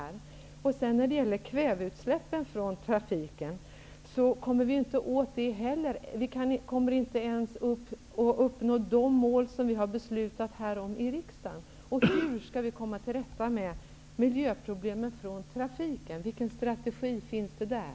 Vi kommer inte åt kväveutsläppen från trafiken heller, vi kommer inte ens att uppnå de mål som vi har beslutat om här i riksdagen. Hur skall vi komma till rätta med miljöproblemen från trafiken? Vilken strategi finns det där?